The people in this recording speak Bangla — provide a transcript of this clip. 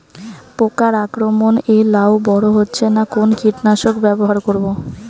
পোকার আক্রমণ এ লাউ বড় হচ্ছে না কোন কীটনাশক ব্যবহার করব?